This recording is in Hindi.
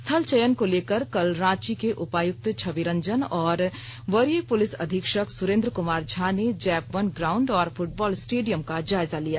स्थल चयन को लेकर कल रांची के उपायुक्त छवि रंजन और वरीय पुलिस अधीक्षक सुरेन्द्र कुमार झा ने जैप वन ग्राउंड और फुटबॉल स्टेडियम का जायजा लिया